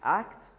act